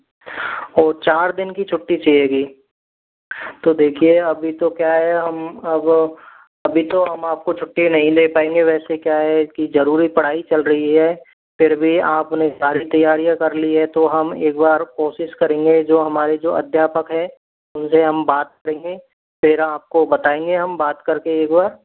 वो चार दिन की छुट्टी चाहिए होगी तो देखिए अभी तो क्या है हम अब अभी तो हम आपको छुट्टी नहीं दे पाएंगे वैसे क्या है कि जरूरी पढ़ाई चल रही है फिर भी आपने सारी तैयारियाँ कर ली है तो हम एक बार कोशिश करेंगे जो हमारे जो अध्यापक है उनसे हम बात करेंगे फिर आपको बताएंगे हम बात करके एक बार